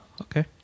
Okay